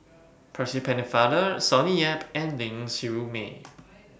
Percy Pennefather Sonny Yap and Ling Siew May